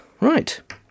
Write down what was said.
right